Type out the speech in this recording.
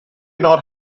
not